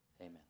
Amen